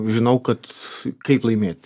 žinau kad kaip laimėt